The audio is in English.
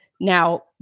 Now